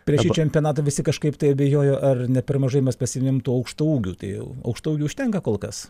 prieš šį čempionatą visi kažkaip tai abejojo ar ne per mažai mes pasiėmėm tų aukštaūgių tai aukštaūgių užtenka kol kas